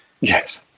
Yes